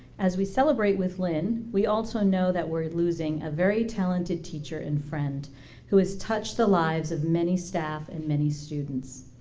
as we celebrate with lynn we also know that we're losing a very talented teacher and friend who has touched the lives of many staff and many students.